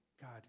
God